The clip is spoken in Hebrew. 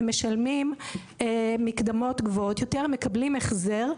הם משלמים מקדמות גבוהות יותר ומקבלים החזר.